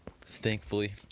thankfully